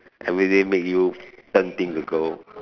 everyday make you turn thing to gold